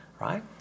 right